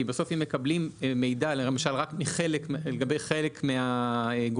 כי בסוף אם מקבלים מידע למשל רק לגבי חלק מהגורמים,